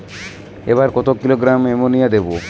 একরে কত kilogram ammonia দেবো?